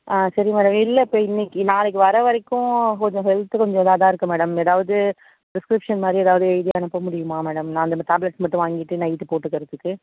ஆ சரி மேடம் இல்லை இப்போ இன்னைக்கி நாளைக்கு வர வரைக்கும் கொஞ்சம் ஹெல்த்து கொஞ்சம் இதாகதான் இருக்கும் மேடம் ஏதாவது பிரிஸ்க்கிரிப்ஷன் மாதிரி ஏதாவது எழுதி அனுப்ப முடியுமா மேடம் நான் அந்தந்த டேப்லெட்ஸ் மட்டும் வாங்கிவிட்டு நைட்டு போட்டுக்கிறதுக்கு